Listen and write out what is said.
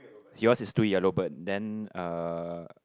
is yours is two yellow bird then uh